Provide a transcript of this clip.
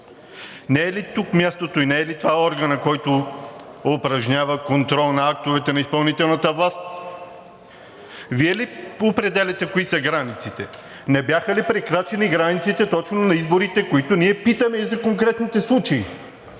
Не е ли тук мястото и не е ли това органът, който упражнява контрол на актовете на изпълнителната власт? Вие ли определяте кои са границите? Не бяха ли прекрачени границите точно на изборите, които ние питаме и за конкретните случаи?